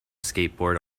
skateboard